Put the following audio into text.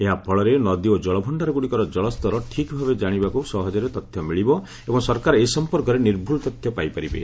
ଏହାଫଳରେ ନଦୀ ଓ ଜଳ ଭଣ୍ଡାରଗୁଡିକର ଜଳସ୍ତର ଠିକ୍ଭାବେ ଜାଣିବାକୁ ସହଜରେ ତଥ୍ୟମିଳିବ ଏବଂ ସରକାର ଏ ସମ୍ପର୍କରେ ନିର୍ଭୁଲ ତଥ୍ୟ ପାଇପାରିବେ